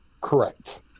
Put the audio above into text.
correct